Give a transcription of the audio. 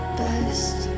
best